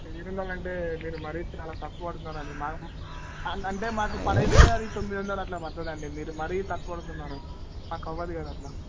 ఏడొందలు అంటే మీరు మరీ చాలా తక్కువ అడుగుతున్నారండి మా అంటే మాకు పడేదే అది తొమ్మిదొందలు అలా పడుతుందండి మీరు మరీ తక్కువ అడుగుతున్నారు మాకు అవదు కదా అలా